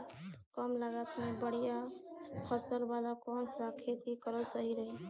कमलागत मे बढ़िया फसल वाला कौन सा खेती करल सही रही?